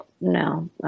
no